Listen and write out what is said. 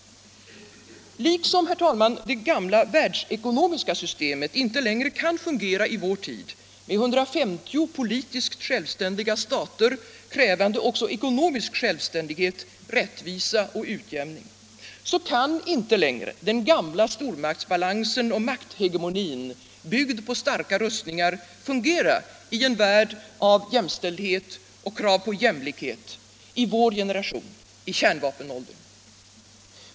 Herr talman! Liksom det gamla världsekonomiska systemet inte längre kan fungera i vår tid, med 150 politiskt självständiga stater, krävande också ekonomisk självständighet, rättvisa och utjämning, så kan inte längre den gamla stormaktsbalansen och makthegemonin, byggd på starka rustningar, fungera i en värld av jämställdhet och krav på jämlikhet, i vår generation, i kärnvapenåldern.